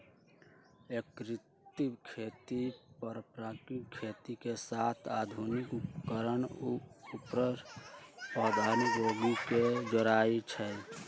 एकीकृत खेती पारंपरिक खेती के साथ आधुनिक उपकरणअउर प्रौधोगोकी के जोरई छई